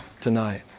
tonight